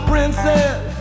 Princess